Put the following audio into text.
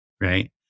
Right